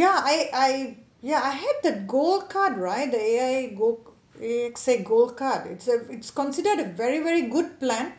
ya I I ya I have the gold card right the eh gold is a gold card it's a it's considered a very very good plan